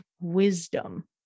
wisdom